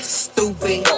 stupid